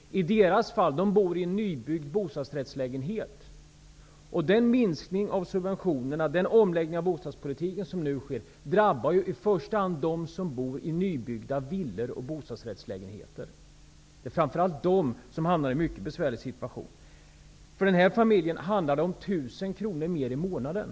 Den bor i en nybyggd bostadsrättslägenhet. Den minskning av subventionerna, den omläggning av bostadspolitiken, som nu sker, drabbar i första hand dem som bor i nybyggda villor och bostadsrättslägenheter. Det är framför allt de som hamnar i en mycket besvärlig situation. För den här familjen handlar det om 1 000 kr mer i månaden.